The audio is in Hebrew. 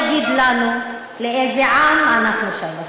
ובטח חבר כנסת לא יגיד לנו לאיזה עם אנחנו שייכים,